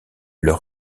leur